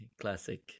classic